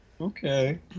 Okay